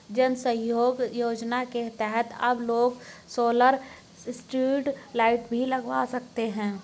जन सहयोग योजना के तहत अब लोग सोलर स्ट्रीट लाइट भी लगवा सकते हैं